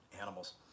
animals